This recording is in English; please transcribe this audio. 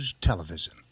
television